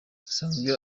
asanzwe